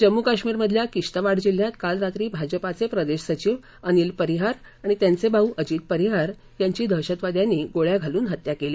जम्मू काश्मीर मधल्या किश्तवाड जिल्ह्यात काल रात्री भाजपाचे प्रदेश सचिव अनिल परिहार आणि त्यांचे भाऊ अजित परिहार यांची दहशतवाद्यांनी गोळ्या घालून हत्या केली